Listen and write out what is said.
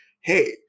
hey